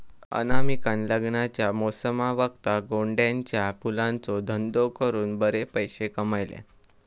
अनामिकान लग्नाच्या मोसमावक्ता गोंड्याच्या फुलांचो धंदो करून बरे पैशे कमयल्यान